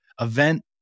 event